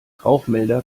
rauchmelder